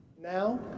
Now